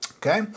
Okay